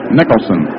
Nicholson